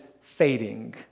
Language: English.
fading